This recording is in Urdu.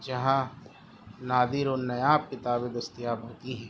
جہاں نادر اور نایاب کتابیں دستیاب ہوتی ہیں